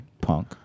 Punk